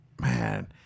man